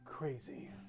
crazy